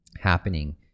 happening